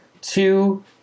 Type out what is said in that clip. Two